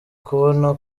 kubona